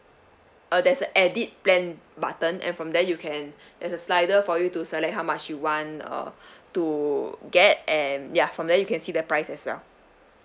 uh there's a edit plan button and from there you can there's a slider for you to select how much you want uh to get and ya from there you can see the price as well